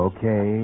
Okay